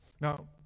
now